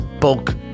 bulk